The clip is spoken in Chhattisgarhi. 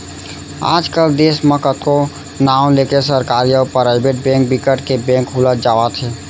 आज कल देस म कतको नांव लेके सरकारी अउ पराइबेट बेंक बिकट के बेंक खुलत जावत हे